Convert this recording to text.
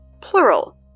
Plural